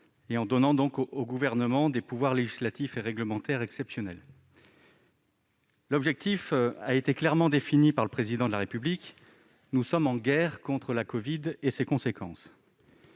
et en lui conférant des pouvoirs législatifs et réglementaires exceptionnels. L'objectif a été clairement défini par le Président de la République : nous sommes en guerre contre la covid et ses conséquences.